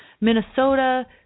Minnesota